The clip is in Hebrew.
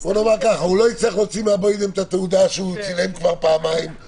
הוא לא יצטרך להוציא מהבוידעם את התעודה שהוא צילם כבר פעמיים-שלוש,